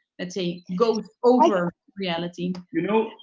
let's say go over reality. you know,